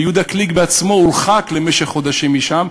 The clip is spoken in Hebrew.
ויהודה גליק עצמו הורחק למשך חודשים משם.